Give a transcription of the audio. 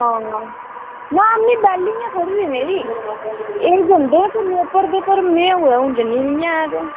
आं ना आमीं बैह्ल्ली ऐं थोह्ड़ी नेहीं हून एह् जंदे न कम्मै पर ते में हून कुदै जन्नी निं ऐ ते